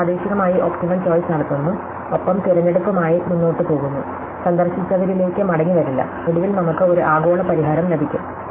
നമ്മൾ പ്രാദേശികമായി optimal choice നടത്തുന്നു ഒപ്പം തിരഞ്ഞെടുപ്പുമായി മുന്നോട്ട് പോകുന്നു സന്ദർശിച്ചവരിലേക്ക് മടങ്ങിവരില്ല ഒടുവിൽ നമുക്ക് ഒരു ആഗോള പരിഹാരം ലഭിക്കും